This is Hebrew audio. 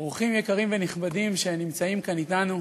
אורחים יקרים ונכבדים שנמצאים כאן אתנו,